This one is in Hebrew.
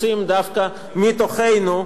לא משנה איזה סוג חרם,